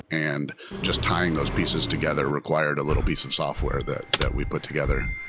and just tying those pieces together required a little piece of software that that we put together.